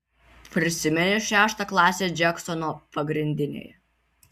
prisimeni šeštą klasę džeksono pagrindinėje